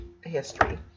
history